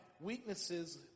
weaknesses